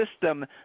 system